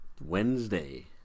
Wednesday